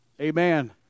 Amen